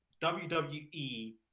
WWE